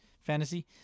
fantasy